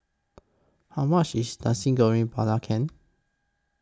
How much IS Nasi Goreng Belacan